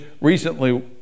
recently